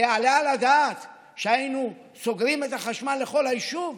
היעלה על הדעת שהיינו סוגרים את החשמל לכל היישוב?